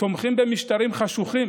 תומכים במשטרים חשוכים